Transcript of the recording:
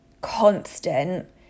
constant